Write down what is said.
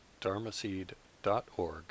dharmaseed.org